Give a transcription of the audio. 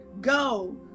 go